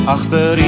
Achter